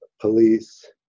police